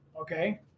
Okay